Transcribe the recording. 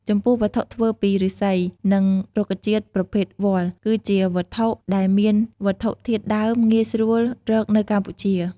ចំពោះវត្ថុធ្វើពីឫស្សី និងរុក្ខជាតិប្រភេទវល្លិ គឺជាវត្ថុដែលមានវត្ថុធាតុដើមងាយស្រួលរកនៅកម្ពុជា។